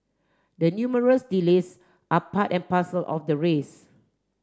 the numerous delays are part and parcel of the race